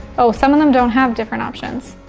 oh, some of them don't have different options.